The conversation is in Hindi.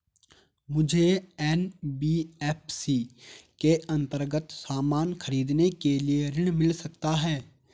मुझे एन.बी.एफ.सी के अन्तर्गत सामान खरीदने के लिए ऋण मिल सकता है?